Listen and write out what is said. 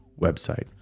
website